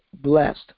blessed